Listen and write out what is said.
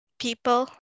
people